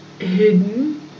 hidden